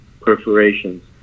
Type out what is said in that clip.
perforations